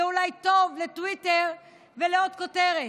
זה אולי טוב לטוויטר ולעוד כותרת,